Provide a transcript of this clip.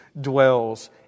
dwells